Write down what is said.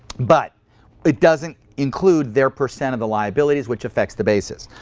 but it doesn't include their percent of the liabilities, which affects the basis.